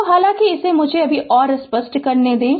तो हालांकि मुझे इसे स्पष्ट करने दें